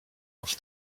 off